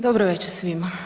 Dobro večer svima.